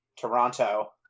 Toronto